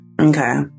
Okay